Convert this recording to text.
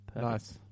Nice